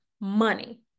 money